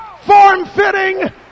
form-fitting